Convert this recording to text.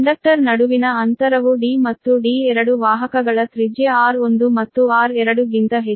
conductor ನಡುವಿನ ಅಂತರವು D ಮತ್ತು D ಎರಡು ವಾಹಕಗಳ ತ್ರಿಜ್ಯ r1 ಮತ್ತು r2 ಗಿಂತ ಹೆಚ್ಚು